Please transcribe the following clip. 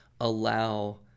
allow